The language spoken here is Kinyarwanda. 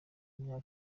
myaka